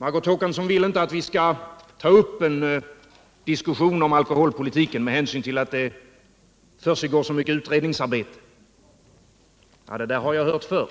Margot Håkansson vill inte att vi skall ta upp en diskussion om alkoholpolitik med hänsyn till att det försiggår så mycket utredningsarbete. Ja, det har jag hört förr.